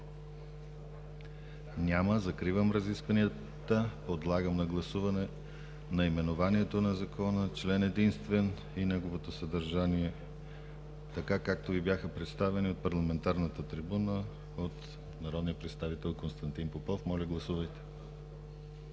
Няма. Закривам разискванията. Подлагам на гласуване наименованието на Закона, член единствен и неговото съдържание така, както Ви бяха представени от парламентарната трибуна от народния представител Константин Попов. Моля, гласувайте.